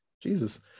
Jesus